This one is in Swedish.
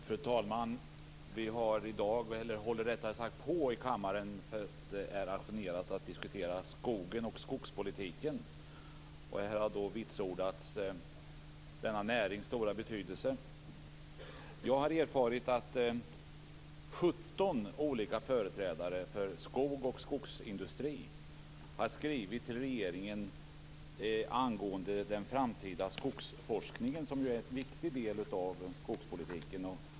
Fru talman! Vi håller på och diskuterar skogen och skogspolitiken i kammaren. Man har vitsordat denna närings stora betydelse. Jag har erfarit att 17 olika företrädare för skog och skogsindustri har skrivit till regeringen angående den framtida skogsforskningen som ju är en viktig del av skogspolitiken.